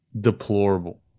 deplorable